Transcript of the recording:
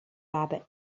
rabbit